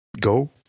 go